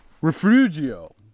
refugio